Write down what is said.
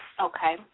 Okay